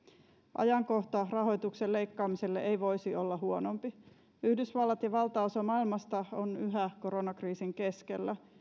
ajankohta rahoituksen leikkaamiselle ei voisi olla huonompi yhdysvallat ja valtaosa maailmasta on yhä koronakriisin keskellä